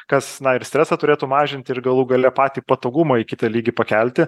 kas na ir stresą turėtų mažinti ir galų gale patį patogumą į kitą lygį pakelti